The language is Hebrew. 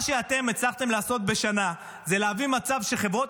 מה שאתם הצלחתם לעשות בשנה זה להביא למצב שחברות